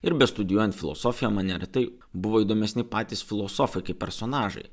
ir bestudijuojant filosofiją mane ir taip buvo įdomesni patys filosofai kaip personažai